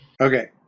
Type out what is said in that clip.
Okay